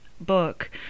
book